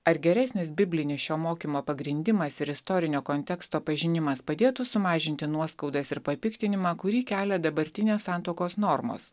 ar geresnis biblinis šio mokymo pagrindimas ir istorinio konteksto pažinimas padėtų sumažinti nuoskaudas ir papiktinimą kurį kelia dabartinės santuokos normos